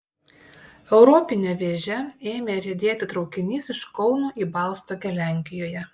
europine vėže ėmė riedėti traukinys iš kauno į balstogę lenkijoje